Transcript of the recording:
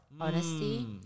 honesty